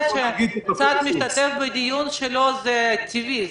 זה שצד משתתף בדיון שלו זה טבעי.